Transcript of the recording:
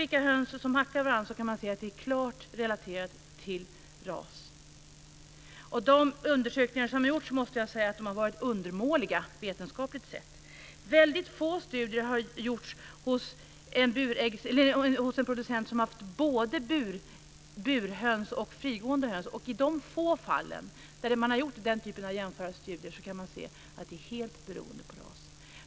Vilka höns som hackar varandra är klart relaterat till ras. De undersökningar som har gjorts har varit undermåliga vetenskapligt sett, måste jag säga. Väldigt få studier har gjorts hos en producent som haft både burhöns och frigående höns. I de få fall där man har gjort den typen av jämförande studier kan man se att det är helt beroende på ras.